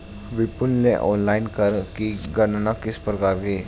विपुल ने ऑनलाइन कर की गणना किस प्रकार की?